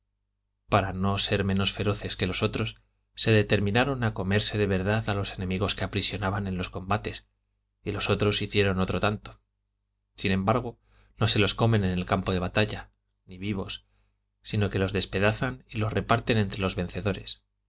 para no ser menos feroces que los otros se determinaron a comerse de verdad a los enemigos que aprisionaban en los combates y los otros hicieron otro tanto sin embargo no se los comen en el campo de batalla ni vivos sino que los despedazan y los reparten entre los vencedores